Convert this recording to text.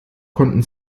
konnten